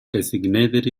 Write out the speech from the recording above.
designated